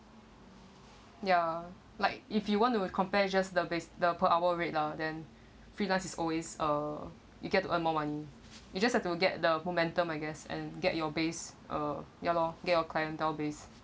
ya like if you want to compare just the base the per hour rate lah then freelance is always uh you get to earn more money you just have to get the momentum I guess and get your base uh ya lor get your clientele base